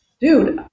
dude